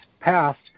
passed